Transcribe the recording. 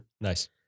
Nice